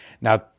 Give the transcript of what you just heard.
Now